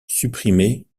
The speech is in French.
supprimer